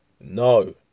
no